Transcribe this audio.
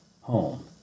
home